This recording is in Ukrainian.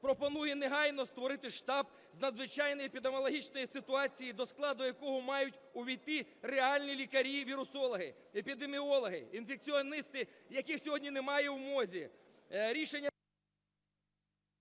Пропоную негайно створити штаб з надзвичайної епідеміологічної ситуації, до складу якого мають увійти реальні лікарі-вірусологи, епідеміологи, інфекціоністи, яких сьогодні немає у МОЗ.